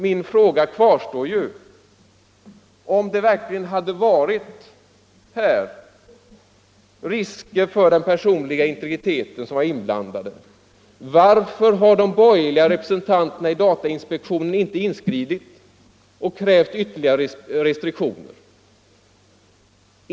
Min fråga kvarstår: Om det här verkligen hade varit risker för den personliga integriteten, varför har de borgerliga representanterna i datainspektionen då inte inskridit och krävt ytterligare restriktioner?